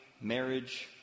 marriage